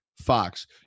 Fox